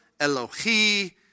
Elohi